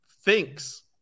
thinks